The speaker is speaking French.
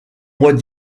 mois